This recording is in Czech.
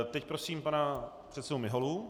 Teď prosím pana předsedu Miholu.